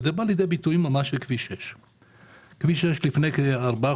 וזה בא לידי ביטוי בכביש 6. לפני כארבעה